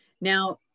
now